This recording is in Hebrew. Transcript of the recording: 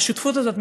מהשותפות הזאת,